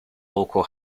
local